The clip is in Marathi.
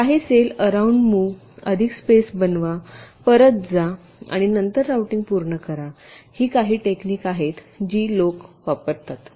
काही सेल अरोउंड मुव्ह अधिक स्पेस बनवा परत जा आणि नंतर रूटिंग पूर्ण करा ही काही टेक्निक आहेत जी लोक वापरतात